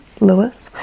Lewis